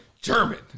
German